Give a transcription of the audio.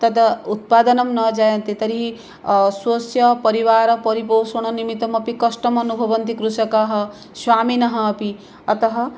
तद् उत्पादनं न जायते तर्हि स्वस्य परिवारपोरिपोषणनिमित्तमपि कष्टम् अनुभवन्ति कृषकाः स्वामिनः अपि अतः